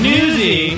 Newsy